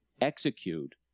execute